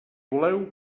voleu